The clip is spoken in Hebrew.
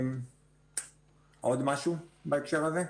עוד משהו בהקשר הזה?